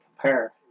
compare